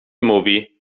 mówi